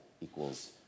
equals